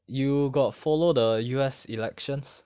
you got follow the U_S elections